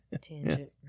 Tangent